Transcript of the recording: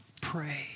Pray